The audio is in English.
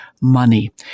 money